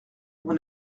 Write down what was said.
mon